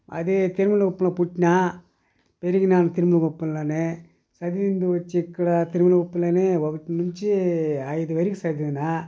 అది తిరుమలకుప్పంలో పుట్టిన పెరిగినాను తిరుమలకుప్పంల్లోనే చదివింది వచ్చి ఇక్కడ తిరుమలకుప్పంల్లోనే ఒకటి నుంచి ఐదు వరకు చదివినా